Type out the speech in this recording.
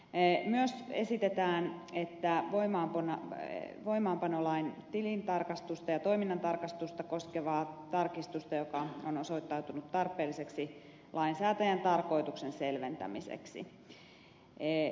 myös esitetään voimaanpanolain tilintarkastusta ja toiminnantarkastusta koskevaa tarkistusta joka on osoittautunut tarpeelliseksi lainsäätäjän tarkoituksen selventämiseksi